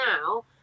now